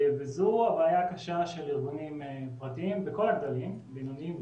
וזו הבעיה הקשה של ארגונים פרטיים בכל הגדלים בינוניים,